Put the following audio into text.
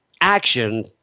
Action